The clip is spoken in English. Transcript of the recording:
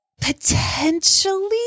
Potentially